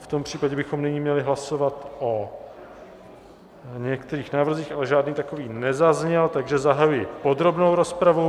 V tom případě bychom nyní měli hlasovat o některých návrzích, ale žádný takový nezazněl, takže zahajuji podrobnou rozpravu.